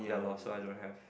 ya lor so I don't have